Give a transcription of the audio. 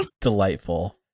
Delightful